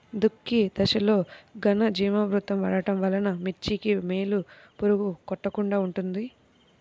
దుక్కి దశలో ఘనజీవామృతం వాడటం వలన మిర్చికి వేలు పురుగు కొట్టకుండా ఉంటుంది?